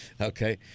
Okay